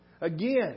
Again